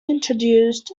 introduced